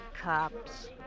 cops